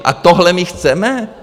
A tohle my chceme?